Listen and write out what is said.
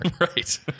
right